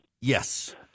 Yes